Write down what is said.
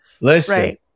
listen